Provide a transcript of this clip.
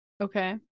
Okay